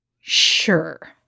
Sure